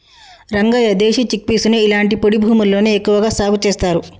రంగయ్య దేశీ చిక్పీసుని ఇలాంటి పొడి భూముల్లోనే ఎక్కువగా సాగు చేస్తారు